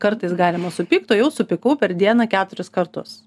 kartais galima supykt o jau supykau per dieną keturis kartus